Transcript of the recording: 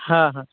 হ্যাঁ হ্যাঁ